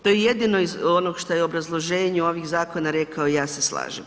To je jedino iz onog što je u obrazloženju ovih zakona rekao, ja se slažem.